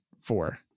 four